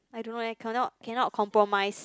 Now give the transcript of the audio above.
I don't know eh cannot cannot compromise